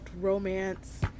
romance